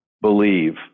believe